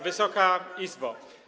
Wysoka Izbo!